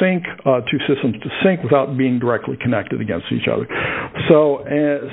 sync two systems to sync without being directly connected against each other so